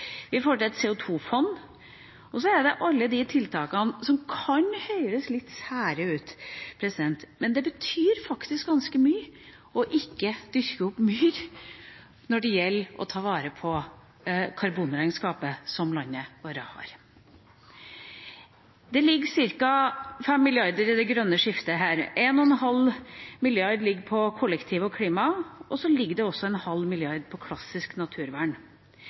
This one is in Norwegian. vi får til et CO 2 -fond, og så er det alle tiltakene som kan høres litt sære ut, men det betyr faktisk ganske mye ikke å dyrke opp myr når det gjelder å ta vare på karbonregnskapet landet vårt har. Det ligger ca. 5 mrd. kr i det grønne skiftet her. 1,5 mrd. kr ligger på kollektiv og klima, og så ligger det 0,5 mrd. kr på klassisk naturvern.